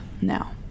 now